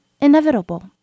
inevitable